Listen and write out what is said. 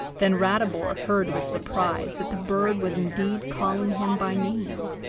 then ratibor heard with surprise that the bird was indeed calling him by name.